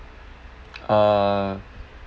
uh